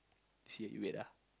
see you wait ah